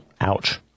Ouch